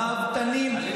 ראוותניים,